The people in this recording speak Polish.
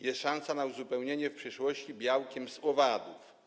Jest szansa na uzupełnienie w przyszłości białkiem z owadów.